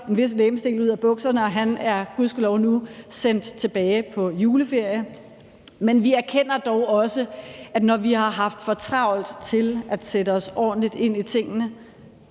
en vis legemsdel ud af bukserne, og han er gudskelov nu sendt på juleferie. Men vi erkender det dog også, når vi har haft for travlt til at sætte os ordentligt ind i tingene,